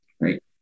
right